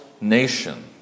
nation